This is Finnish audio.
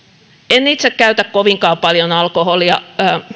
en itse käytä kovinkaan paljon alkoholia